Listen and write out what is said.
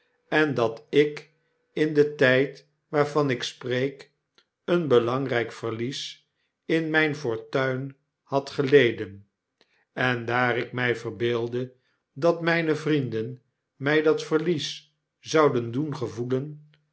en dat ik in den tijd waarvan ik spreek een belangrijk verlies in mijn fortuin had geleden en daar ik my verbeeldde dat mpe vrienden my dat verlies zouden doen gevoelen